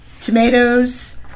Tomatoes